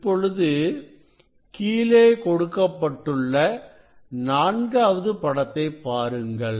இப்பொழுது கீழே கொடுத்துள்ள நான்காவது படத்தை பாருங்கள்